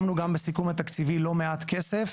שמנו גם בסיכום התקציבי לא מעט כסף,